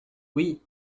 oui